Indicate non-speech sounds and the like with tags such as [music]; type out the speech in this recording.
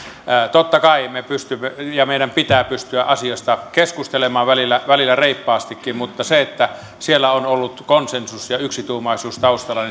totta kai me pystymme ja meidän pitää pystyä asiasta keskustelemaan välillä välillä reippaastikin mutta se että siellä on ollut konsensus ja yksituumaisuus taustalla [unintelligible]